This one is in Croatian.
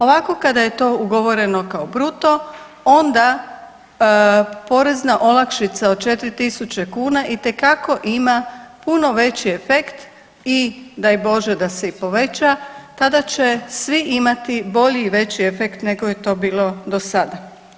Ovako kada je to ugovoreno kao bruto, onda porezna olakšica od 4000 kuna itekako ima puno veći efekt i daj bože da se i poveća, tada će svi imati bolji i veći efekt nego je to bilo do sada.